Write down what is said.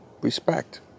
Respect